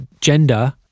gender